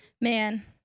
Man